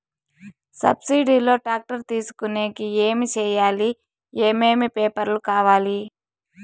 Subsidy లో tractor తీసుకొనేకి ఏమి చేయాలి? ఏమేమి పేపర్లు కావాలి?